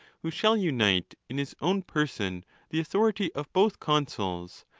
who shall unite in his own person the authority of both consuls,